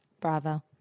Bravo